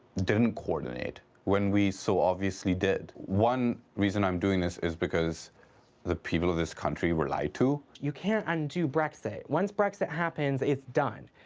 didn't coordinate when we so obviously did? one reason that i'm doing this is because the people of this country were lied to. you can't undo brexit. once brexit happens, it's done,